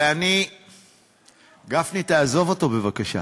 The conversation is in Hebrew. ואני, גפני, תעזוב אותו בבקשה,